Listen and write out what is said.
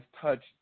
touched